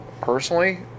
personally